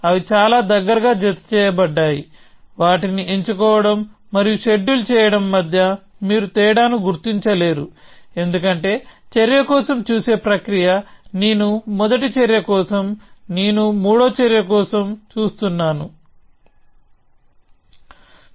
అవి చాలా దగ్గరగా జతచేయబడ్డాయి వాటిని ఎంచుకోవడం మరియు షెడ్యూల్ చేయడం మధ్య మీరు తేడాను గుర్తించలేరు ఎందుకంటే చర్య కోసం చూసే ప్రక్రియ నేను మొదటి చర్య కోసం చూస్తున్నానని చెబుతుంది